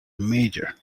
major